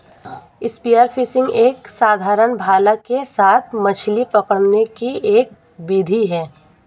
spear fishing एक साधारण भाला के साथ मछली पकड़ने की एक विधि है